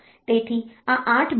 તેથી આ 8 bits છે